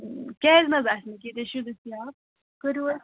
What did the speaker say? کیٛازِ نہَ حظ آسہِ نہٕ ییٚتہِ چھُ دٔستِیاب کٔرِو حظ